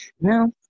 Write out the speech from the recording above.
no